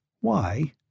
Why